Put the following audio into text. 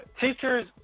teachers